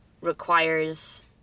requires